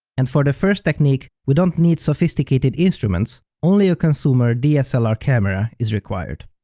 and for the first technique, we don't need sophisticated instruments only a consumer dslr camera is required.